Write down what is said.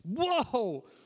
Whoa